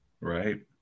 Right